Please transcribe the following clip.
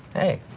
hey,